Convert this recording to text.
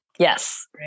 Yes